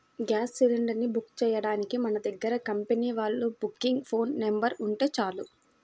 gas cylinder ని book చెయ్యడానికి మన దగ్గర కంపెనీ వాళ్ళ బుకింగ్ ఫోన్ నెంబర్ ఉంటే చాలు